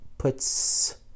Puts